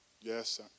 yes